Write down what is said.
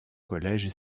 collège